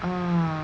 mm